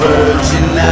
Virgin